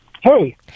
Hey